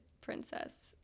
princess